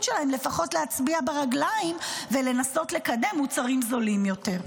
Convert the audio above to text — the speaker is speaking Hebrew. שלהם לפחות להצביע ברגליים ולנסות לקדם מוצרים זולים יותר.